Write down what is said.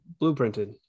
Blueprinted